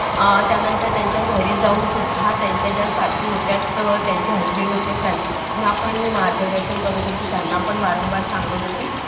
त्यानंतर त्यांच्या घरी जाऊन सुद्धा त्यांच्या ज्या सासू होत्या त्यांचे हजबंड होते त्यांना पण मी मार्गदर्शन करत होते त्यांना पण वारंवार सांगत होते